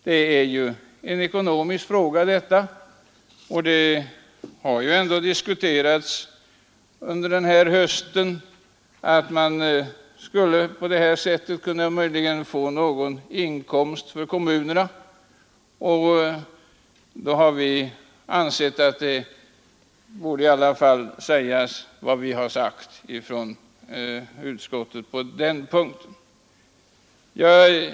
Detta är ju en ekonomisk fråga, och under den här hösten har ute i landet diskuterats att kommunerna på detta sätt skulle kunna få någon inkomst. Detta har bl.a. bidragit till att vi inom utskottsmajoriteten ansett att vi borde säga vad vi nu har sagt på denna punkt.